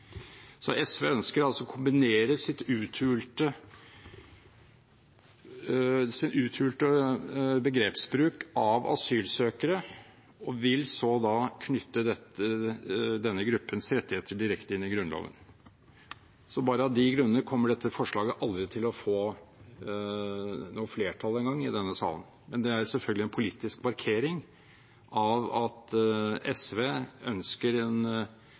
SV ønsker å kombinere sin uthulte begrepsbruk av asylsøkere og vil så knytte denne gruppens rettigheter direkte inn i Grunnloven. Bare av de grunner kommer dette forslaget aldri til å få noe flertall i denne salen. Det er selvfølgelig en politisk markering av at SV ønsker en